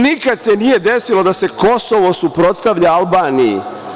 Nikad se nije desilo da se Kosovo suprotstavlja Albaniji.